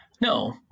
No